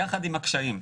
יחד עם הקשיים.